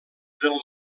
del